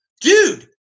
Dude